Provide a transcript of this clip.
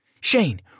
Shane